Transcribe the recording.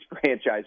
franchise